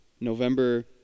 November